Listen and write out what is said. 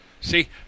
See